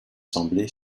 semblé